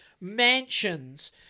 mansions